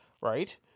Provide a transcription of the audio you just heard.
Right